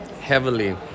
heavily